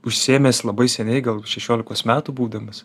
užsiėmęs labai seniai gal šešiolikos metų būdamas